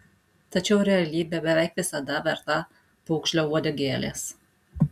tačiau realybė beveik visada verta pūgžlio uodegėlės